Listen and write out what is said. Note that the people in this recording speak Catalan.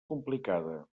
complicada